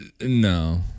No